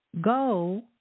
go